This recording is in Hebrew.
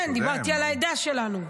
כן, דיברתי על העדה שלנו.